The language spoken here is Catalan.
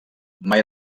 mai